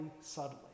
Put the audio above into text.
subtly